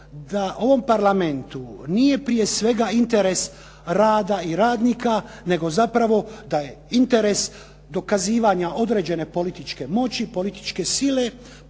da ovom parlamentu nije prije svega interes rada i radnika, nego zapravo da je interes dokazivanja određene političke moći, političke sile,